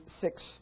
six